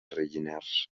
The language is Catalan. rellinars